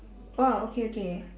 !wah! okay okay